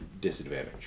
disadvantage